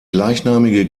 gleichnamige